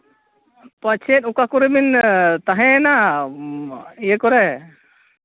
ᱯᱟᱪᱮᱫ ᱚᱠᱟ ᱠᱚᱨᱮ ᱵᱤᱱ ᱛᱟᱦᱮᱸᱭᱮᱱᱟ ᱤᱭᱟᱹ ᱠᱚᱨᱮ